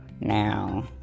Now